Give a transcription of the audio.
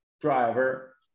driver